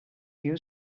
you